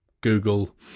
Google